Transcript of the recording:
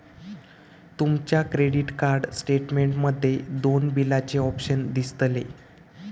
तुमच्या credit card statement मध्ये दोन बिलाचे ऑप्शन दिसतले